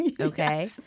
Okay